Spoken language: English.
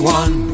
one